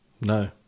No